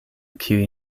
kiuj